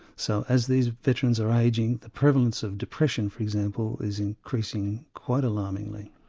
so as these veterans are aging the prevalence of depression for example is increasing quite alarmingly.